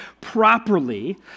properly